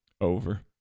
Over